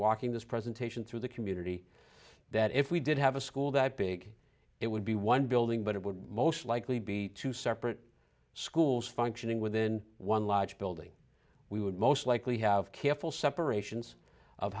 walking this presentation through the community that if we did have a school that big it would be one building but it would most likely be two separate schools functioning within one large building we would most likely have careful separations of